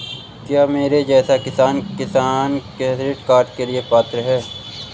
क्या मेरे जैसा किसान किसान क्रेडिट कार्ड के लिए पात्र है?